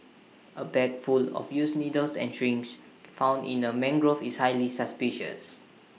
A bag full of used needles and syringes found in A mangrove is highly suspicious